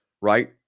right